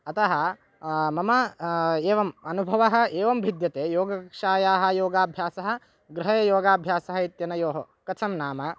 अतः मम एवम् अनुभवः एवं भिद्यते योगक्षायाः योगाभ्यासः गृहे योगाभ्यासः इत्यनयोः कथं नाम